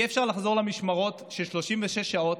אי-אפשר לחזור למשמרות של 36 שעות,